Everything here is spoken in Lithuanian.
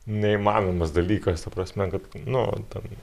neįmanomas dalykas ta prasme kad nu ten